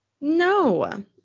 no